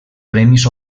premis